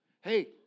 Hey